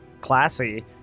classy